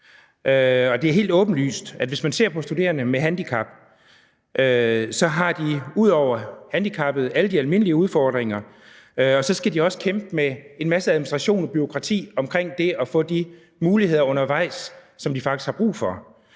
det er helt åbenlyst, at når man ser på de studerende med handicap, så har de ud over handicappet alle de almindelige udfordringer, og så skal de også kæmpe med en masse administration og bureaukrati omkring det at få de muligheder undervejs, som de faktisk har brug for.